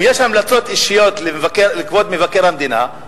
אם יש המלצות אישיות לכבוד מבקר המדינה,